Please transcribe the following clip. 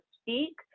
speak